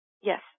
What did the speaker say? Yes